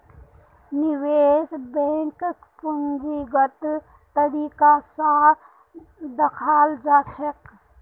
निवेश बैंकक पूंजीगत तरीका स दखाल जा छेक